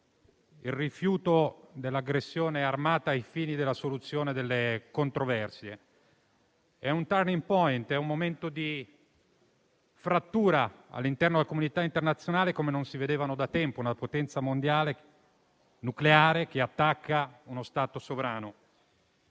il rifiuto dell'aggressione armata ai fini della soluzione delle controversie. È un *turning point*, è un momento di frattura all'interno della comunità internazionale come non si vedeva da tempo: una potenza mondiale nucleare che attacca uno Stato sovrano.